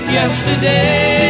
Yesterday